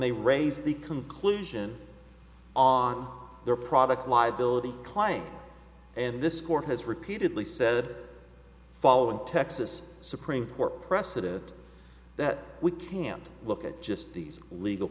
they raise the conclusion on their product liability claim and this court has repeatedly said following the texas supreme court precedent that we can't look at just these legal